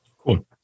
Cool